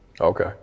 Okay